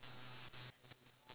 !oo! why